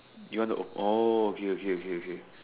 you want to o~ okay okay okay